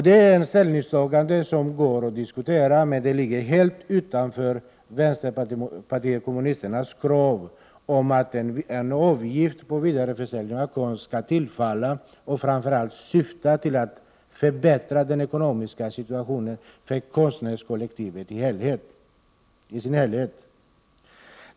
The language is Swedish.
Det är ett ställningstagande som går att diskutera, men det ligger helt utanför vpk:s krav på att en avgift på vidareförsäljning av konst skall tillfalla konstnärskollektivet och framför allt syfta till att förbättra den ekonomiska situationen för konstnärskollektivet i dess helhet.